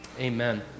Amen